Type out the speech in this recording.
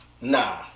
Nah